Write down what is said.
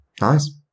Nice